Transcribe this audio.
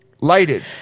lighted